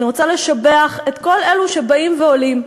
ואני רוצה לשבח את כל אלה שבאים ועולים.